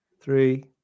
three